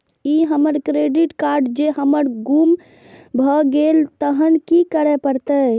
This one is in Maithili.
ई हमर क्रेडिट कार्ड जौं हमर गुम भ गेल तहन की करे परतै?